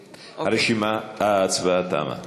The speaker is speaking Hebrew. בעד ההצבעה תמה.